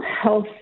Health